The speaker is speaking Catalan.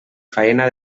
faena